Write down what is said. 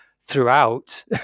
throughout